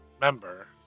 member